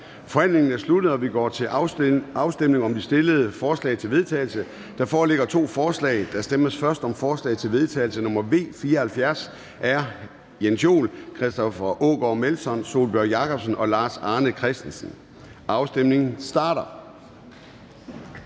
Formanden (Søren Gade): Der stemmes om de fremsatte forslag til vedtagelse. Der foreligger to forslag, og der stemmes først om forslag til vedtagelse nr. V 74 af Jens Joel (S), Christoffer Aagaard Melson (V), Sólbjørg Jakobsen (LA) og Lars Arne Christensen (M). Afstemningen starter.